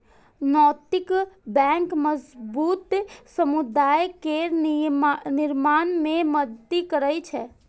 नैतिक बैंक मजबूत समुदाय केर निर्माण मे मदति करै छै